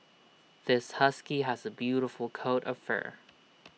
this husky has A beautiful coat of fur